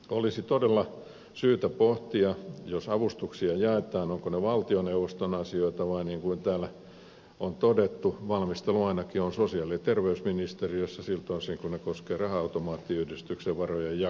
olisi todella syytä pohtia jos avustuksia jaetaan ovatko ne valtioneuvoston asioita vai niin kuin täällä on todettu valmistelu ainakin sosiaali ja terveysministeriössä siltä osin kuin päätökset koskevat raha automaattiyhdistyksen varojen jakamista